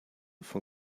von